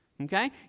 okay